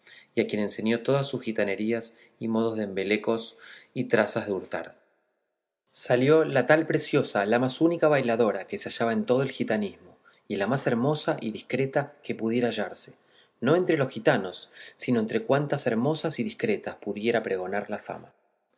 a quien enseñó todas sus gitanerías y modos de embelecos y trazas de hurtar salió la tal preciosa la más única bailadora que se hallaba en todo el gitanismo y la más hermosa y discreta que pudiera hallarse no entre los gitanos sino entre cuantas hermosas y discretas pudiera pregonar la fama